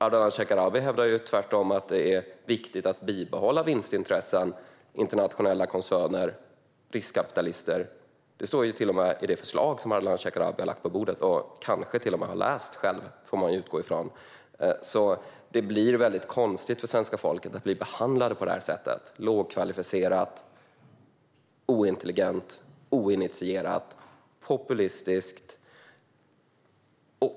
Ardalan Shekarabi hävdar tvärtom att det är viktigt att behålla vinstintressen, internationella koncerner och riskkapitalister. Det står till och med i det förslag som Ardalan Shekarabi har lagt på bordet och kanske till och med har läst själv, får man utgå ifrån. Det blir väldigt konstigt för svenska folket att bli behandlat på det här sättet - lågkvalificerat, ointelligent, oinitierat och populistiskt.